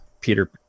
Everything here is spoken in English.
Peter